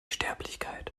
sterblichkeit